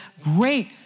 great